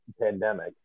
pandemic